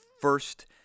first